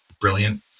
brilliant